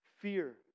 Fear